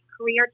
career